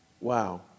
Wow